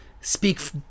speak